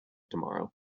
tomorrow